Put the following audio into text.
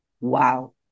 Wow